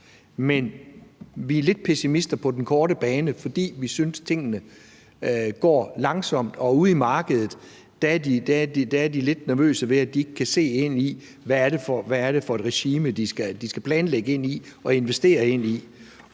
men vi er lidt pessimister på den korte bane, fordi vi synes, tingene går langsomt, og ude i markedet er de lidt nervøse ved, at de ikke kan se ind i, hvad det er for et regime, de skal planlægge ind i og investere ind i.